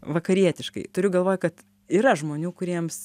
vakarietiškai turiu galvoj kad yra žmonių kuriems